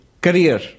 career